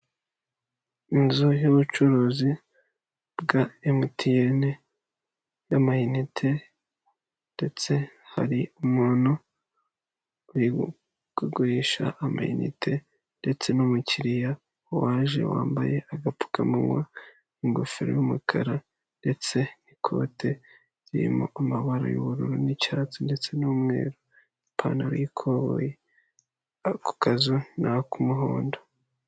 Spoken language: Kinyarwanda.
Inzu y'ubucuruzi bwa MTN y'amayinite ndetse hari umuntu uri kugurisha amayinite ndetse n'umukiriya waje wambaye agapfukamunwa, ingofero y'umukara ndetse n'ikote ririmo amabara y'ubururu n'icyatsi ndetse n'umweru, ipantaro y'ikoboyi ako kazu nak'umuhondo.